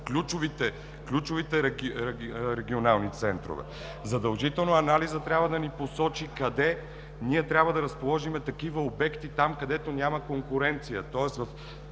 ключовите регионални центрове. Задължително анализът трябва да ни посочи къде ние трябва да разположим такива обекти – там, където няма конкуренция.